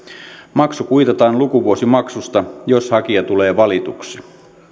maksu kuitataan lukuvuosimaksusta jos hakija tulee valituksi